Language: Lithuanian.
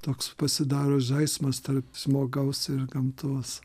toks pasidaro žaismas tarp žmogaus ir gamtos